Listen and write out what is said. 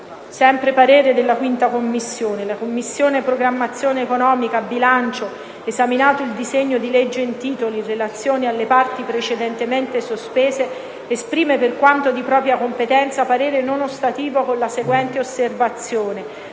l'esame degli articoli 14, 16 e 21». «La Commissione programmazione economica, bilancio, esaminato il disegno di legge in titolo, in relazione alle parti precedentemente sospese, esprime, per quanto di propria competenza, parere non ostativo con la seguente osservazione: